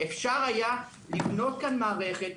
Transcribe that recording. אפשר היה לבנות כאן מערכת,